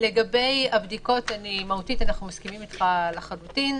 לגבי הבדיקות אנחנו מסכימים איתך מהותית לחלוטין.